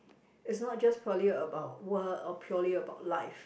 it's not just purely about work or purely about life